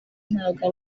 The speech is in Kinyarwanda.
ntabwo